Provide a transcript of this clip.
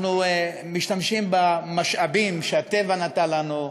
אנחנו משתמשים במשאבים שהטבע נתן לנו,